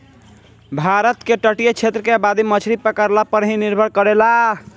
भारत के तटीय क्षेत्र के आबादी मछरी पकड़ला पर ही निर्भर करेला